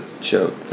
joke